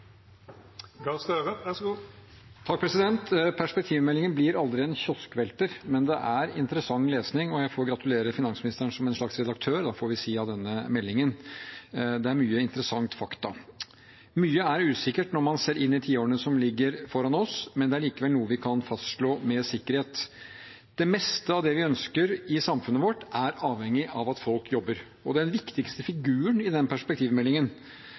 jeg får gratulere finansministeren som en slags redaktør, får vi si, av denne meldingen. Det er mange interessante fakta. Mye er usikkert når man ser inn i tiårene som ligger foran oss, men det er likevel noe vi kan fastslå med sikkerhet: Det meste av det vi ønsker i samfunnet vårt, er avhengig av at folk jobber. Den viktigste figuren i denne perspektivmeldingen